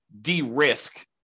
de-risk